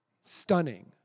Stunning